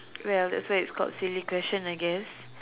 well that's why it's called silly question I guess